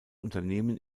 unternehmen